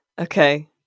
Okay